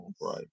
Right